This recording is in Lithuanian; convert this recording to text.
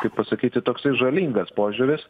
kaip pasakyti toksai žalingas požiūris